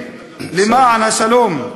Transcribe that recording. כן, למען השלום.